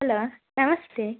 hello ನಮಸ್ತೆ